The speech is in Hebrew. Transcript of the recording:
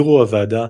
יו"ר הוועדה,